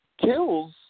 kills